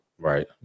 Right